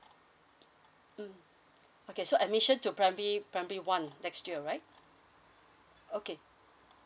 mm okay so admission to primary primary one next year right okay